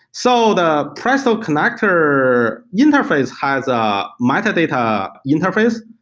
so the presto connector interface has a metadata interface,